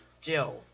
Jill